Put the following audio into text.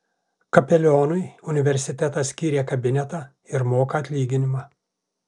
kapelionui universitetas skyrė kabinetą ir moka atlyginimą